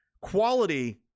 Quality